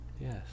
Yes